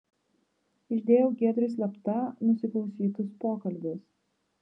išdėjau giedriui slapta nusiklausytus pokalbius